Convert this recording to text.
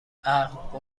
عقل